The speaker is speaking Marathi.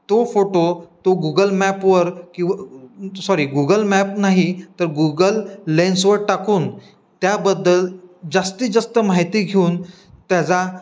तो फोटो तो गुगल मॅपवर किंवा सॉरी गुगल मॅप नाही तर गुगल लेन्सवर टाकून त्याबद्दल जास्तीत जास्त माहिती घेऊन त्याचा